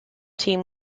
team